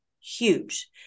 huge